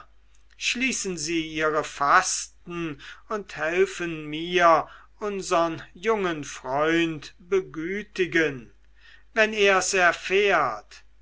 schließen sie ihre fasten und helfen mir unsern jungen freund begütigen wenn er's erfährt